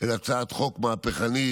אלא הצעת חוק מהפכנית,